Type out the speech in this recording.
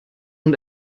und